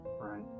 Right